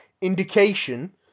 indication